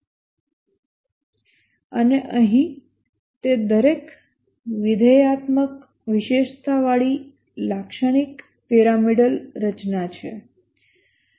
અને અહીં તે દરેક વિધેયાત્મક વિશેષતાવાળી લાક્ષણિક પિરામિડલ રચના છે